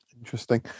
Interesting